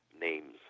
names